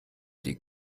die